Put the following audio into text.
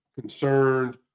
concerned